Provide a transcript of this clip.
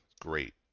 Great